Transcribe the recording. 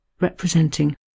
representing